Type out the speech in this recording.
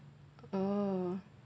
oh